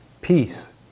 Peace